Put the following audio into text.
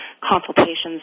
consultations